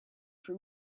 for